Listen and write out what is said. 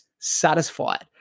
satisfied